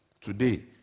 Today